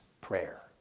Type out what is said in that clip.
prayer